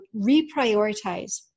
reprioritize